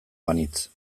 banintz